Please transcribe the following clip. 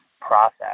process